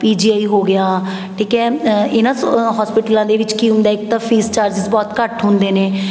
P G I ਹੋ ਗਿਆ ਠੀਕ ਹੈ ਇਹਨਾਂ ਸ ਹੋਸਪੀਟਲਾਂ ਦੇ ਵਿੱਚ ਕੀ ਹੁੰਦਾ ਇੱਕ ਤਾਂ ਫੀਸ ਚਾਰਜਿਸ ਬਹੁਤ ਘੱਟ ਹੁੰਦੇ ਨੇ